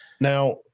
Now